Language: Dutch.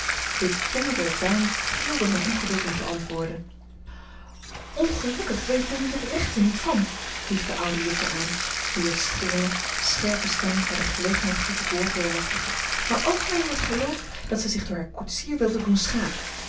de tongen der dames trilden van ongeduld om te antwoorden ongelukkig weet men er het rechte niet van hief de oude juffer aan wier schrille scherpe stem haar de gelegenheid gaf het woord te bemachtigen maar algemeen wordt geloofd dat zij zich door haar koetsier wilde doen schaken